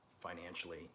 financially